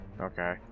okay